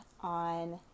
on